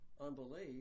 unbelief